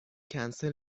کنسل